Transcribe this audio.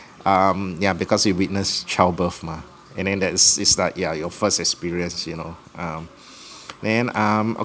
um yeah because you witness child birth mah and then that is is like yeah your first experience you know um then um